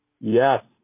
Yes